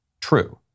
true